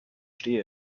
stehe